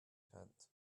tent